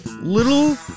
Little